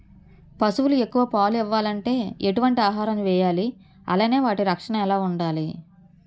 పశువులు ఎక్కువ పాలు ఇవ్వాలంటే ఎటు వంటి ఆహారం వేయాలి అలానే వాటి రక్షణ ఎలా వుండాలి?